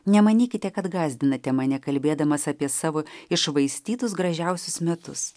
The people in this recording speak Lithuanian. nemanykite kad gąsdinate mane kalbėdamas apie savo iššvaistytus gražiausius metus